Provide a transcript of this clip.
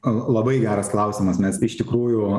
ar labai geras klausimas mes iš tikrųjų